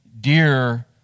dear